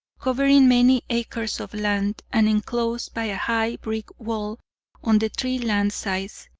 covering many acres of land, and enclosed by a high, brick wall on the three land sides,